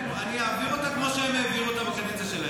אני אעביר אותה כמו שהם העבירו אותה בקדנציה שלהם.